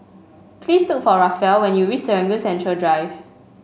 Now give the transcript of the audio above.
please look for Raphael when you reach Serangoon Central Drive